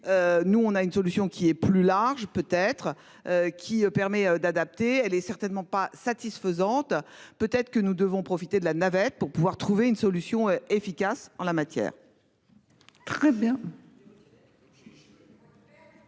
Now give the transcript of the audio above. Nous on a une solution qui est plus large, peut être. Qui permet d'adapter, elle est certainement pas satisfaisante. Peut-être que nous devons profiter de la navette pour pouvoir trouver une solution efficace en la matière. Très bien.